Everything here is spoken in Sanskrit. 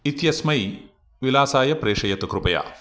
इत्यस्मै विलासाय प्रेषयतु कृपया